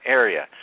area